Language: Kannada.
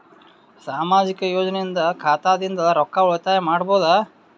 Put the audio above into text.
ಸಾಮಾಜಿಕ ಯೋಜನೆಯಿಂದ ಖಾತಾದಿಂದ ರೊಕ್ಕ ಉಳಿತಾಯ ಮಾಡಬಹುದ?